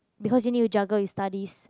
because you need to juggle with studies